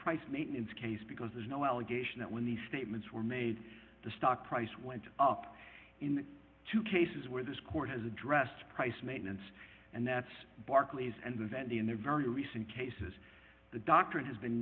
price maintenance case because there's no allegation that when these statements were made the stock price went up in two cases where this court has addressed price maintenance and that's barclays and the event in their very recent cases the doctrine has been